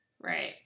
Right